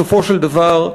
בסופו של דבר,